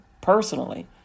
personally